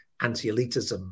anti-elitism